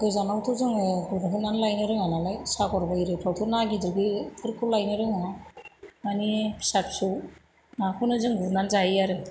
गोजानावथ' जोङो गुरनानै लायनो रोङा नालाय सागर एरिफ्रावथ' ना गिदिर बेफोरखौ लायनो रोङा माने फिसा फिसौ नाखौनो जोङो गुरनानै जायो आरो